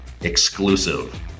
exclusive